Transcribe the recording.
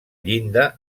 llinda